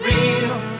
real